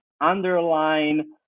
underline